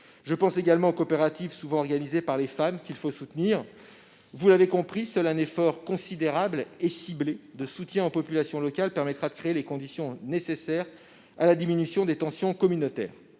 mais également les coopératives, souvent organisées par les femmes, qu'il faut soutenir. Vous l'avez compris, seul un effort considérable et ciblé de soutien aux populations locales permettra de créer les conditions nécessaires à la diminution des tensions communautaires.